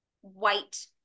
white